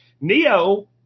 Neo